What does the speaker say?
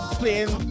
playing